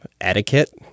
etiquette